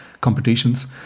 competitions